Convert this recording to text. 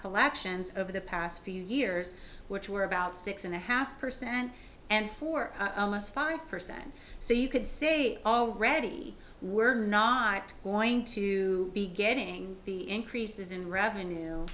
collections over the past few years which were about six and a half percent and for us five percent so you could see already we're not going to be getting the increases in revenue